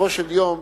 בסופו של יום,